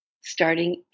starting